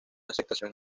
aceptación